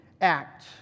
act